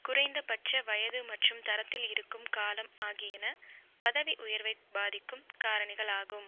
குறைந்தபட்ச வயது மற்றும் தரத்தில் இருக்கும் காலம் ஆகியன பதவி உயர்வை பாதிக்கும் காரணிகள் ஆகும்